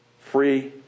Free